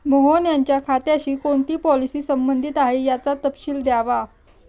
मोहन यांच्या खात्याशी कोणती पॉलिसी संबंधित आहे, याचा तपशील द्यावा